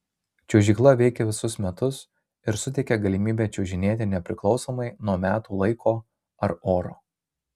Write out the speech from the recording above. čiuožykla veikia visus metus ir suteikia galimybę čiuožinėti nepriklausomai nuo metų laiko ar oro